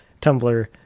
Tumblr